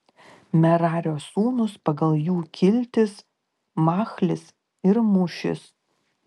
merario sūnūs pagal jų kiltis machlis ir mušis